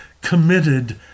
committed